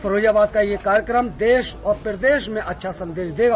फिरोजाबाद का यह कार्यक्रम देश और प्रदेश में अच्छा संदेश देगा